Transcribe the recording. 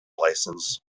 license